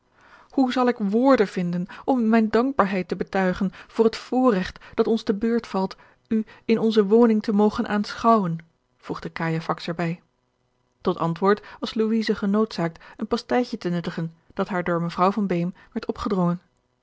hoe zal ik woorden vinden om u mijne dankbaarheid te betuigen voor het voorregt dat ons te beurt valt u in onze woning te mogen aanschouwen voegde cajefax er bij tot antwoord was louise genoodzaakt een pastijtje te nuttigen dat haar door mevrouw van beem werd opgedrongen